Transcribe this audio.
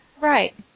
Right